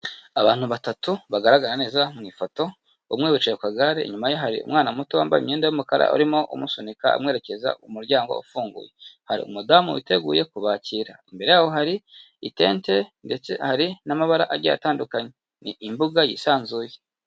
Abantu batatu bagaragara neza mu ifoto, umwe wicaye ku kagare, inyuma hari umwana muto wambaye imyenda y'umukara urimo umusunika amwerekeza umuryango ufunguye, hari umudamu witeguye kubakira, imbere yabo hari itente ndetse hari n'amabara agiye atandukanye, ni imbuga yisanzuye.